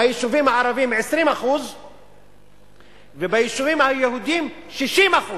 ביישובים הערביים 20% וביישובים היהודיים 60%